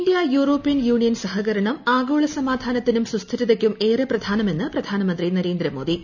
India European Union സഹകരണം ആഗോള സമാധാനത്തിനും സുസ്ഥിരതയ്ക്കും ഏറെ പ്രധാനമെന്ന് പ്രധാനമന്ത്രി നരേന്ദ്ര മോദി